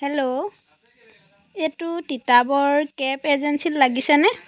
hello এইটো তিতাবৰ cab এজেঞ্চত লাগিছেনে